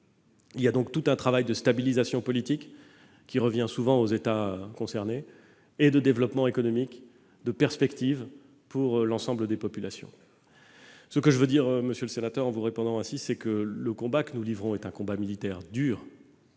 Il y a donc tout un travail de stabilisation politique, qui revient souvent aux États concernés, et de développement économique et de perspective pour l'ensemble des populations. Ce que je veux dire, monsieur le sénateur, en vous répondant ainsi, c'est que le combat que nous livrons est un combat militaire dur